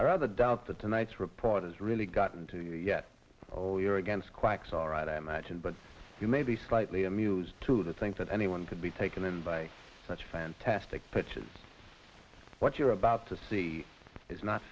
i rather doubt that tonight's report is really gotten to yet oh you're against quacks all right i imagine but you may be slightly amused to to think that anyone could be taken in by such fantastic pitches what you're about to see is not